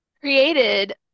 created